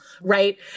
right